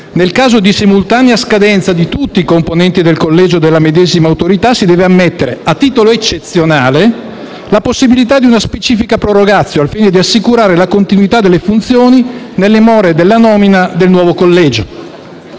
nel caso di simultanea scadenza di tutti i componenti del collegio della medesima Autorità, si deve ammettere, a titolo eccezionale, la possibilità di una specifica *prorogatio*, al fine di assicurare la continuità delle funzioni nelle more della nomina del nuovo collegio.